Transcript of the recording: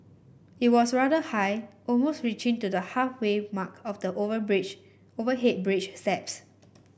it was rather high almost reaching to the halfway mark of the over bridge overhead bridge steps